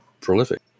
prolific